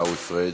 עיסאווי פריג'.